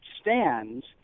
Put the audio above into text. stands